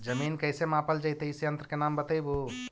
जमीन कैसे मापल जयतय इस यन्त्र के नाम बतयबु?